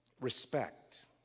respect